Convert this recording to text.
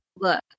look